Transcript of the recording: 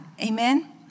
Amen